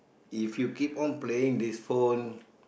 if you keep on playing this phone